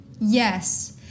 yes